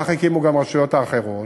כך הקימו גם את הרשויות האחרות,